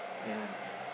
ya